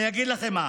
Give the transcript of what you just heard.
אני אגיד לכם למה: